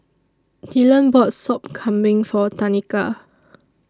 Dylan bought Sop Kambing For Tanika